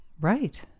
Right